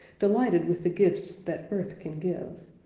delighted with the gifts that earth can give,